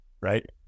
right